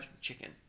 chicken